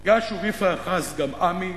"ישוב יפרח אז גם עמי,